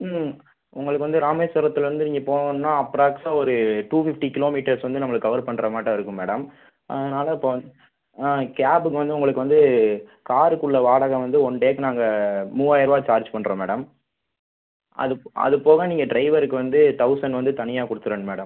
ம் உங்களுக்கு வந்து ராமேஸ்வரத்துலேருந்து நீங்கள் போகணும்னா அப்ராக்ஸா ஒரு டூ ஃபிஃப்ட்டி கிலோ மீட்டர்ஸ் வந்து நம்மளுக்கு கவர் பண்ணுற மாட்டம் இருக்கும் மேடம் அதனால் இப்போ வந்து கேபுக்கு வந்து உங்களுக்கு வந்து காருக்கு உள்ள வாடகை வந்து ஒன் டேக்கு நாங்கள் மூவாயரரூவா சார்ஜ் பண்ணுறோம் மேடம் அது அது போக நீங்கள் டிரைவருக்கு வந்து தௌசண்ட் வந்து தனியாக கொடுத்துறணும் மேடம்